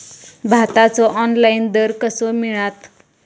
भाताचो ऑनलाइन दर कसो मिळात?